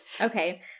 Okay